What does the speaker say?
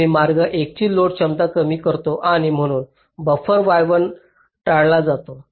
आम्ही मार्ग 1 ची लोड क्षमता कमी करतो आणि म्हणून बफर y1 टाळला जातो